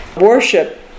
worship